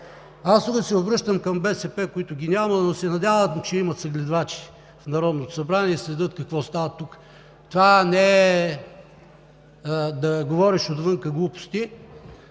Тук се обръщам към БСП, които ги няма, но се надявам, че имат съгледвачи в Народното събрание и следят какво става тук. Това не е да говориш отвън глупости